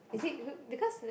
is it because